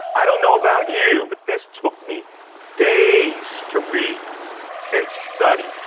i don't know about you but this took me days to read and study,